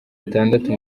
atandatu